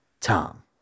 Tom